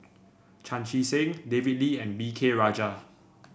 Chan Chee Seng David Lee and V K Rajah